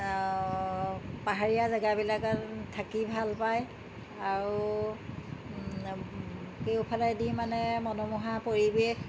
পাহাৰীয়া জেগাবিলাক থাকি ভাল পায় আৰু কেও ফালে দি মানে মনোমোহা পৰিৱেশ